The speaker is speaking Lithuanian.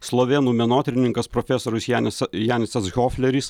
slovėnų menotyrininkas profesorius janis janisas hofleris